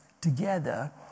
together